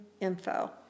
info